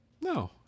no